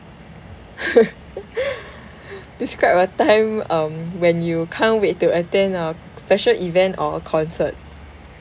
describe a time um when you can't wait to attend a special event or a concert